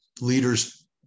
leaders